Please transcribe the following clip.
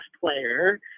player